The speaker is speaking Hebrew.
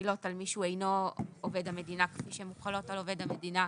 מחילות על מי שהוא אינו עובד המדינה כפי שהן מוחלות על עובד המדינה,